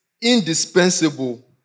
indispensable